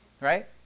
right